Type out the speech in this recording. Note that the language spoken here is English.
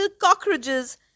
cockroaches